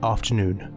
Afternoon